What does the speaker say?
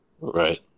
Right